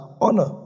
honor